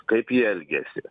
kaip ji elgiasi